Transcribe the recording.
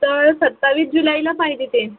तर सत्तावीस जुलैला पाहिजे ते